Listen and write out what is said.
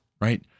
right